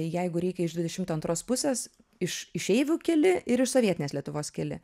jeigu reikia iš dvidešimto antros pusės iš išeivių keli ir iš sovietinės lietuvos keli